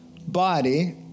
body